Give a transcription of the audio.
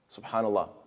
SubhanAllah